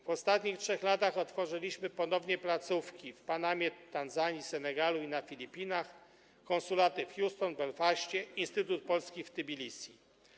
W ostatnich 3 latach otworzyliśmy ponownie placówki w Panamie, Tanzanii, Senegalu i na Filipinach, konsulaty w Houston, Belfaście, Instytut Polski w Tbilisi.